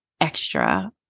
extra